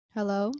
Hello